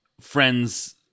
friends